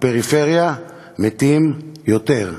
בפריפריה מתים יותר.